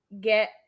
get